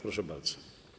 Proszę bardzo.